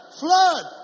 flood